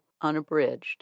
Unabridged